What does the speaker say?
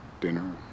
dinner